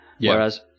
Whereas